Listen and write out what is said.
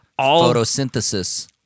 Photosynthesis